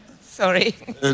Sorry